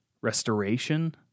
restoration